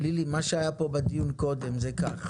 לילי, מה שהיה פה בדיון קודם זה כך: